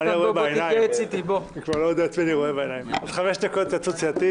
מישהו מחברי הוועדה רוצה להתייחס להצעות של אוסאמה לפני ההצבעה?